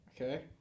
Okay